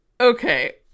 Okay